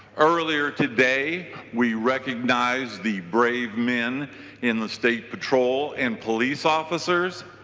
earlier today we recognized the brave men in the state patrol and police officers.